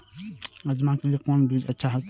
राजमा के लिए कोन बीज अच्छा होते?